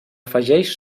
afegeix